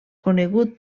conegut